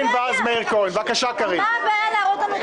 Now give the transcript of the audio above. אם הוא אומר שזה בהתאם לחוות דעת ואין לו ברירה,